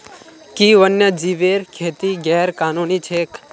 कि वन्यजीवेर खेती गैर कानूनी छेक?